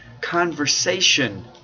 conversation